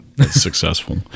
successful